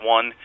One